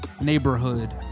neighborhood